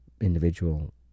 individual